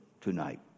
tonight